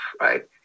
right